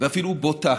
ואפילו בוטה